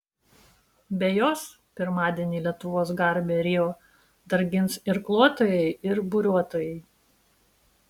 be jos pirmadienį lietuvos garbę rio dar gins irkluotojai ir buriuotojai